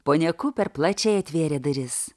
ponia kuper plačiai atvėrė duris